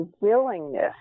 willingness